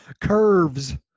Curves